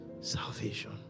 Salvation